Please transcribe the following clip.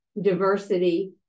diversity